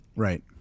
Right